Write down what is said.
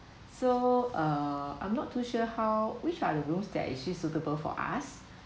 so uh I'm not too sure how which are the room that is actually suitable for us